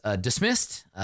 dismissed